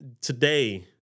Today